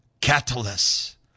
Catalyst